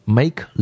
，make